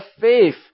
faith